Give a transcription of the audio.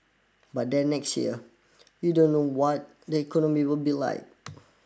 but then next year you don't know what the economy will be like